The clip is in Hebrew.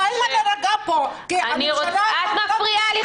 אין מה להירגע פה כי הממשלה הזאת --- את מפריעה לי,